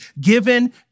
given